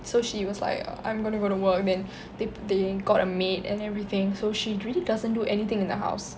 so she was like I'm going to work then they they got a maid and everything so she really doesn't do anything in the house